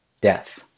death